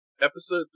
episode